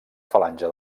falange